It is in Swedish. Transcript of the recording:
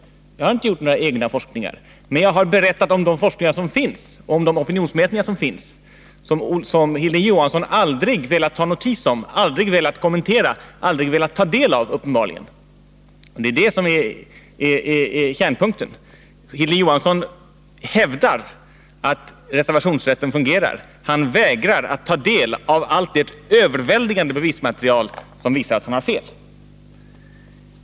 Jag har inte gjort några egna forskningar, men jag har berättat om de forskningar och de opinionsmätningar som finns, men som Hilding Johansson aldrig har velat ta någon notis om eller velat kommentera och uppenbarligen heller aldrig velat ta del av. Det är det som är kärnpunkten. Hilding Johansson hävdar att reservationsrätten fungerar. Han vägrar att ta del av det överväldigande bevismaterial som visar att han har fel.